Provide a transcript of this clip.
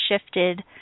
shifted